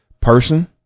person